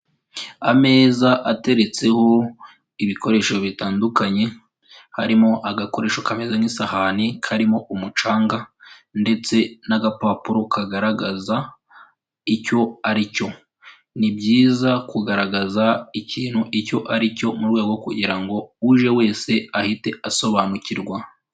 Ameza ateretseho ibikoresho bitandukanye, harimo agakoresho kameze nk'isahani karimo umucanga ndetse n'agapapuro kagaragaza icyo ari cyo. Ni byiza kugaragaza ikintu icyo ari cyo, mu rwego kugira ngo uje wese, ahite asobanukirwa.